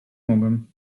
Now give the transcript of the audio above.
mogłem